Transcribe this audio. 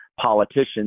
politicians